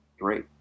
great